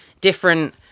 different